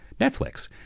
Netflix